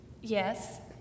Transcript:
Yes